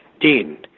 dean